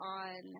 on